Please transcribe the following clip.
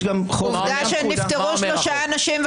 עובדה שנפטרו שלושה אנשים,